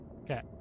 Okay